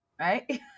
Right